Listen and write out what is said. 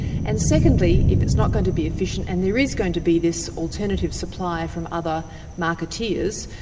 and secondly, if it's not going to be efficient and there is going to be this alternative supply from other marketeers,